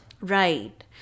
Right